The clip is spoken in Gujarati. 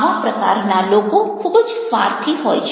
આવા પ્રકારના લોકો ખૂબ જ સ્વાર્થી હોય છે